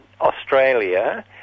Australia